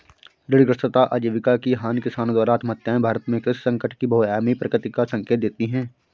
ऋणग्रस्तता आजीविका की हानि किसानों द्वारा आत्महत्याएं भारत में कृषि संकट की बहुआयामी प्रकृति का संकेत देती है